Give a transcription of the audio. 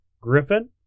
Griffin